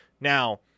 Now